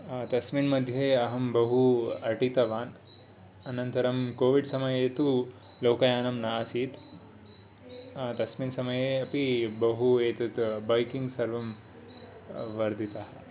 तस्मिन् मध्ये अहं बहु अटितवान् अनन्तरं कोविड् समये तु लोकयानं न आसीत् तस्मिन् समये अपि बहु एतत् बैकिङ्ग् सर्वं वर्धितः